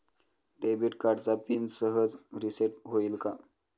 Debit कार्डचा pin सहज reset होईल का?